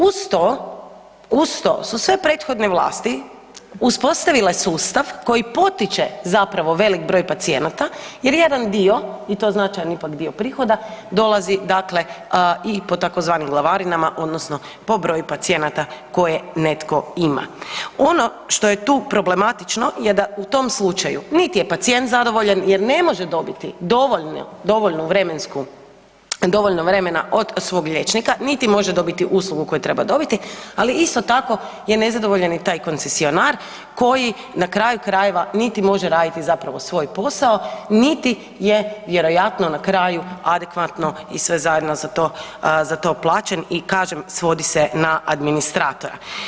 Uz to su sve prethodne vlasti uspostavile sustav koji potiče zapravo velik broj pacijenata jer jedan dio i to značajni ipak dio prihoda dolazi dakle i po tzv. glavarinama, odnosno po broju pacijenata koje netko ima- Ono što je tu problematično, je da u tom slučaju niti je pacijent zadovoljan jer ne može dobiti dovoljno, dovoljnu vremensku, dovoljno vremena od svog liječnika, niti može dobiti uslugu koju treba dobiti, ali isto tako je nezadovoljan i taj koncesionar koji na kraju krajeva niti može raditi zapravo svoj posao, niti je vjerojatno na kraju adekvatno i sve zajedno za to, za to plaćen i kažem svodi se na administratora.